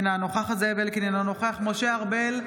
אינה נוכחת זאב אלקין, אינו נוכח משה ארבל,